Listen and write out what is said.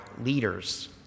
leaders